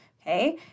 Okay